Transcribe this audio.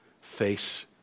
face